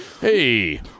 Hey